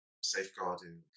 safeguarding